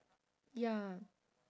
ya